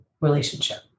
relationship